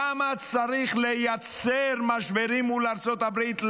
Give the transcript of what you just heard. למה צריך לייצר משברים מול ארצות הברית?